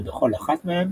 שבכל אחת מהן